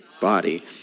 body